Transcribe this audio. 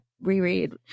reread